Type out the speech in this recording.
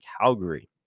Calgary